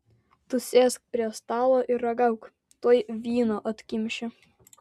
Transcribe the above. tu sėsk prie stalo ir ragauk tuoj vyno atkimšiu